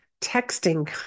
texting